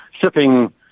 Shipping